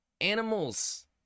animals